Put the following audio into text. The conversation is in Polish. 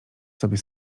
sobie